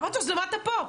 אמרתי לו, אז למה אתה פה?